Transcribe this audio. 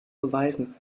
beweisen